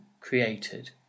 created